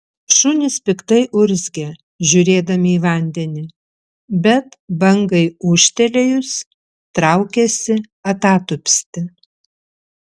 šunys piktai urzgė žiūrėdami į vandenį bet bangai ūžtelėjus traukėsi atatupsti